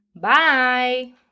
Bye